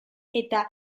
eta